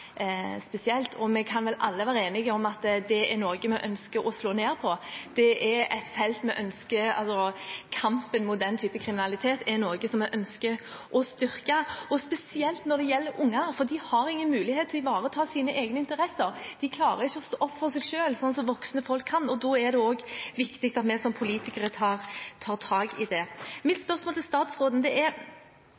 spesielt, og vi kan vel alle være enige om at det er noe vi ønsker å slå ned på. Kampen mot den type kriminalitet er noe vi ønsker å styrke, og spesielt når det gjelder barn, for de har ingen mulighet til å ivareta sine egne interesser. De klarer ikke å stå opp for seg selv, slik som voksne kan. Da er det også viktig at vi som politikere tar tak i det.